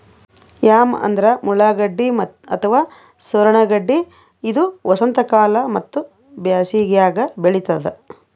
yam ಅಂದ್ರ ಮುಳ್ಳಗಡ್ಡಿ ಅಥವಾ ಸೂರಣ ಗಡ್ಡಿ ಇದು ವಸಂತಕಾಲ ಮತ್ತ್ ಬ್ಯಾಸಿಗ್ಯಾಗ್ ಬೆಳಿತದ್